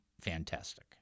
fantastic